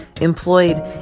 employed